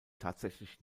tatsächlich